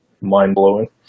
mind-blowing